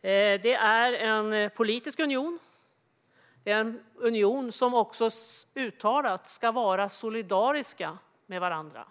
Det är en politisk union och en union där länderna uttalat ska vara solidariska med varandra.